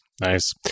Nice